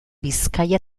bizkaia